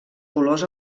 colors